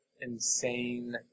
insane